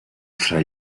fra